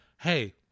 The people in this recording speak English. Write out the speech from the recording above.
hey